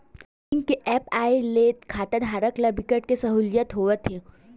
bank के apps आए ले खाताधारक ल बिकट के सहूलियत होवत हे